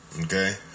Okay